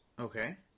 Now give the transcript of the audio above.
okay